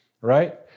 right